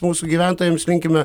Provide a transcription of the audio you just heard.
mūsų gyventojams linkime